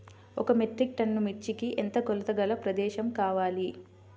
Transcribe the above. ఒక metric ton మిర్చికి ఎంత కొలతగల ప్రదేశము కావాలీ?